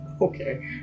Okay